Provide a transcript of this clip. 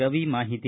ರವಿ ಮಾಹಿತಿ